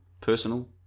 personal